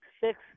six